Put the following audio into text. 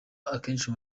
akenshi